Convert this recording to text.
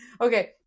Okay